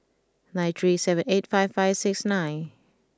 nine three seven eight five five six nine